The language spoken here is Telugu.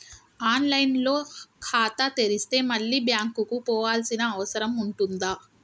ఆన్ లైన్ లో ఖాతా తెరిస్తే మళ్ళీ బ్యాంకుకు పోవాల్సిన అవసరం ఉంటుందా?